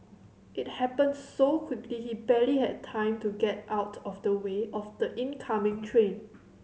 it happened so quickly he barely had time to get out of the way of the oncoming train